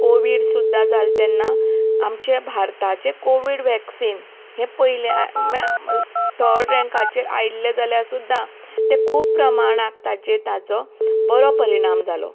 Covid सुद्दां जालें तेन्ना आमचें भारताचें कोवीड वॅक्सीन हें पयलें थर्ड रँकाचेर आयिल्लें जाल्यार सुद्दां तें खूब प्रमाणांत ताजेर ताचो बरो परिणाम जालो